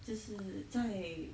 就是在